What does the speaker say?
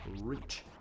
reach